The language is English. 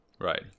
Right